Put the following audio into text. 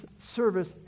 service